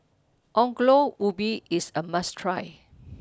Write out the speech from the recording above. Ongol Ubi is a must try